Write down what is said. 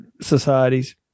societies